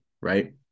Right